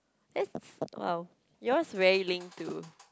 that's !wow! yours very link to